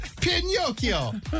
Pinocchio